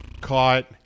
caught